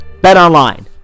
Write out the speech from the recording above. BetOnline